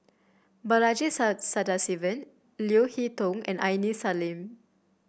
Balaji Sadasivan Leo Hee Tong and Aini Salim